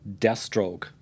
Deathstroke